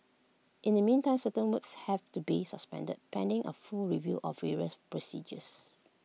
in the meantime certain works have to be suspended pending A full review of various procedures